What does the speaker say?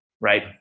right